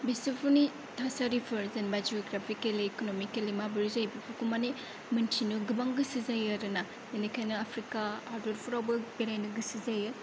बिसोरफोरनि थासारिफोर जेनेबा geographical economically माबोरै जायो बेफोरखौ माने मिन्थिनो गोबां गोसो जायो आरोना बेनिखायनो आफ्रिका हादरफोरावबो बेरायनो गोसो जायो